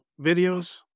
videos